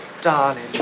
Darling